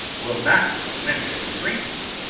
will not mention drinking.